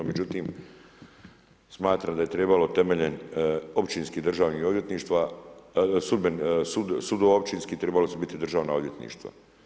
Međutim, smatram da je trebalo temeljem općinskih državnih odvjetništava, sudovi općinski trebali su biti državna odvjetništva.